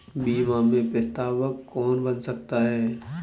बीमा में प्रस्तावक कौन बन सकता है?